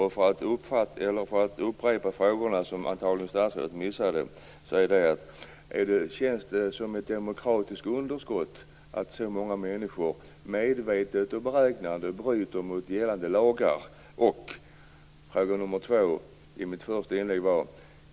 Jag upprepar också de frågor som statsrådet missade: Känns det som ett demokratiskt underskott att så många människor medvetet och beräknande bryter mot gällande lagar?